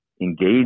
engage